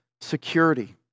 security